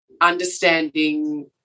understanding